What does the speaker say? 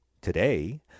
today